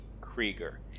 Krieger